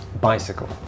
bicycle